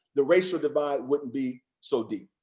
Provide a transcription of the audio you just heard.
the racial divide wouldn't be so deep.